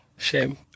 Shame